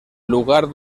lugar